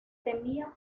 temía